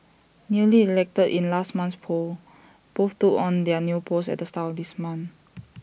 newly elected in last month's polls both took on their new posts at the start of this month